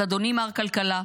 אז אדוני מר כלכלה,